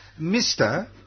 Mr